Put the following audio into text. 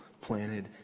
planted